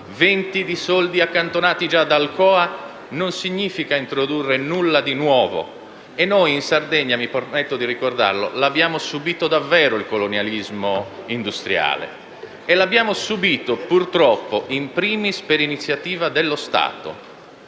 milioni di euro accantonati già da Alcoa, non significa introdurre nulla di nuovo. In Sardegna - mi permetto di ricordarlo - l'abbiamo subito davvero il colonialismo industriale, e lo abbiamo subito, purtroppo, *in primis* per iniziativa dello Stato.